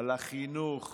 על החינוך,